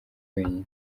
wenyine